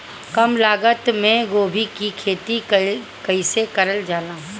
कम लागत मे गोभी की खेती कइसे कइल जाला?